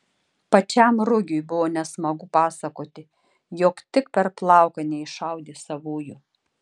pačiam rugiui buvo nesmagu pasakoti jog tik per plauką neiššaudė savųjų